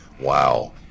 Wow